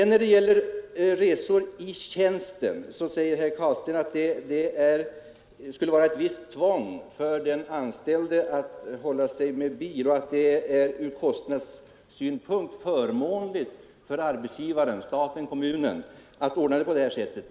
När det gäller resor i tjänsten säger herr Carlstein att det innebär ett visst tvång för den anställde att hålla sig med bil och att det från kostnadssynpunkt är förmånligt för arbetsgivaren, stat eller kommun, att ordna det på detta sätt.